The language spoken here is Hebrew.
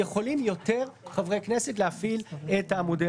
יכולים יותר חברי כנסת להפעיל את המודל